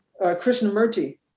Krishnamurti